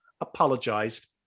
apologised